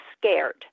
scared